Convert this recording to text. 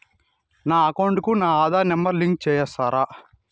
నా అకౌంట్ కు నా ఆధార్ నెంబర్ లింకు చేసారా